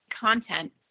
content